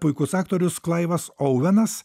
puikus aktorius klaivas ouvenas